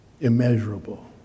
immeasurable